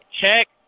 Check